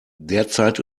derzeit